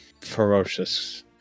ferocious